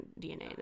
DNA